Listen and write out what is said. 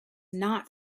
not